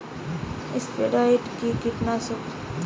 স্পোডোসাইট কি কীটনাশক?